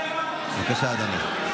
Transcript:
בבקשה, אדוני.